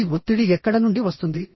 ఈ ఒత్తిడి ఎక్కడ నుండి వస్తుంది